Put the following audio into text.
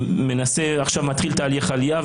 שעכשיו מתחיל תהליך עלייה,